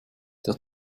der